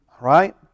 Right